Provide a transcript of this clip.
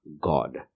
God